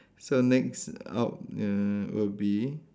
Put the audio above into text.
so next out err will be